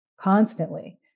constantly